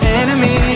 enemy